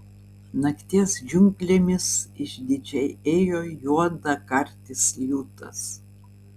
nakties džiunglėmis išdidžiai ėjo juodakartis liūtas